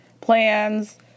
plans